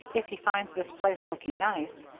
if he finds this place looking nice.